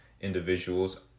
individuals